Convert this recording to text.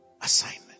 assignment